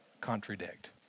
contradict